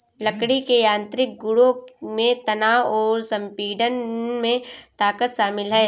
लकड़ी के यांत्रिक गुणों में तनाव और संपीड़न में ताकत शामिल है